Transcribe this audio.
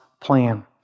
plan